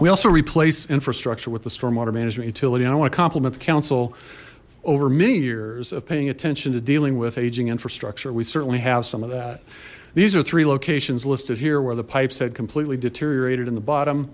we also replace infrastructure with the storm water management utility i want to compliment the council over many years of paying attention to dealing with aging infrastructure we certainly have some of that these are three locations listed here where the pipes had completely deteriorated in the bottom